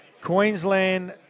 Queensland